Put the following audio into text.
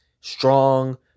strong